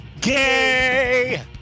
Gay